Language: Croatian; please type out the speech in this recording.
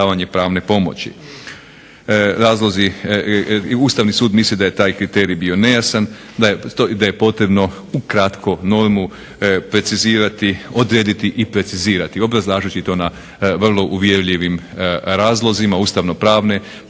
Ustavni sud misli da je taj kriterij bio nejasan, da je potrebno u kratku normu precizirati, odrediti i precizirati, obrazlažući to na vrlo uvjerljivim razlozima, ustavnopravne prirode